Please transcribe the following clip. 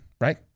right